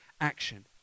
action